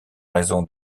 raison